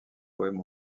poèmes